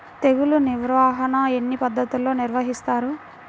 తెగులు నిర్వాహణ ఎన్ని పద్ధతులలో నిర్వహిస్తారు?